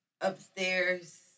upstairs